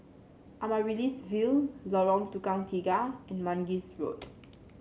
Amaryllis Ville Lorong Tukang Tiga and Mangis Road